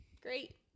Great